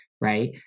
Right